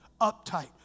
uptight